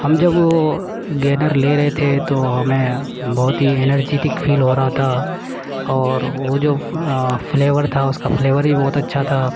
ہم جب گینر لے رہے تھے تو ہمیں بہت ہی انرجیٹک فیل ہو رہا تھا اور وہ جو فلیور تھا اس کا فلیور بھی بہت اچھا تھا